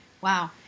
Wow